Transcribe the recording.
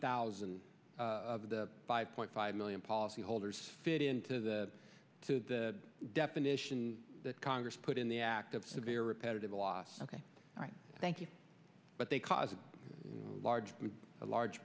thousand of the five point five million policyholders fit into that to the definition that congress put in the act of severe repetitive loss ok all right thank you but they cause a large a large